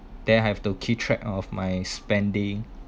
then I have to keep track of my spending